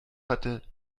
hatte